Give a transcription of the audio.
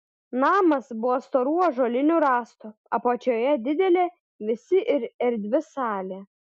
namas buvo storų ąžuolinių rąstų apačioje didelė vėsi ir erdvi salė